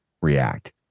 react